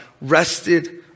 rested